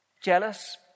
Jealous